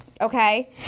okay